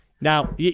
Now